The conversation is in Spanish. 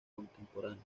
contemporáneos